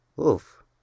Oof